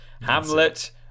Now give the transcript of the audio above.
Hamlet